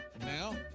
Now